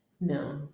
No